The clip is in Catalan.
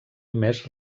més